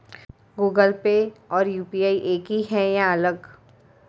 Google Pay और UPI एक ही है या अलग?